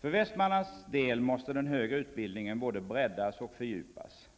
För Västmanlands del måste den högre utbildningen både breddas och fördjupas.